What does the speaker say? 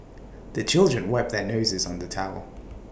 the children wipe their noses on the towel